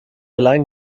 allein